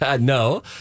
No